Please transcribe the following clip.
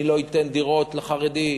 אני לא אתן דירות לחרדים,